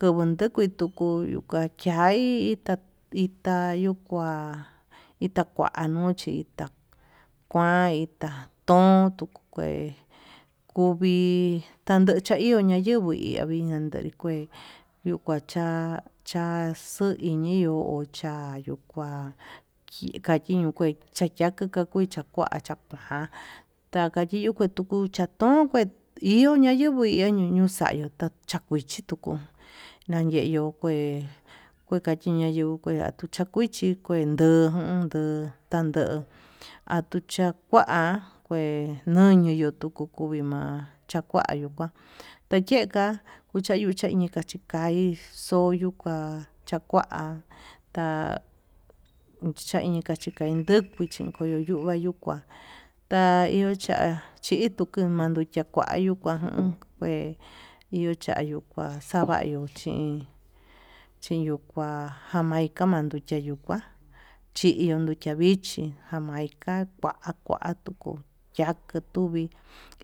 Kovuu nduku tuku yuu kua kachai ita ita yuu kua ita kua no chi ita kuan ita ton tuu kue, kuvii kundicha iho yuvii ya'á vixan nde kué yuu kua cha cha xoiniyó chayukua kikakiñuu kué xayaku chakui chakua ajan taka kiyuu takua tachuku, ton kue iho ñayiguo ñaxuxayio takuichi tuku nayeyu kue, kue kachiña yenguó kue tachuchia ndakuichi kue nduku jun nduu tando atuu chakua kué ñoño notuku kuvii ma'a, chakuayu kua tayeka kuchaiñi chaye tai xoyuu kuá chakua ta chaiñi kuan nduku kui chikoyo yuu yu kua, taio cha'a chi kutimandu cha'a kuayuu kuan kué iho chayuu kua xan kuayuu chiyukua jamaica mayuu chiyukua chinyu nuchia vichí, jamaica kua kua tuku ya'a kuvi